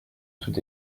tout